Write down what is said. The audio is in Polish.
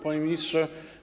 Panie Ministrze!